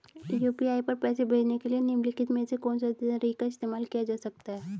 UPI पर पैसे भेजने के लिए निम्नलिखित में से कौन सा तरीका इस्तेमाल किया जा सकता है?